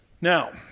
Now